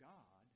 God